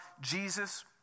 Jesus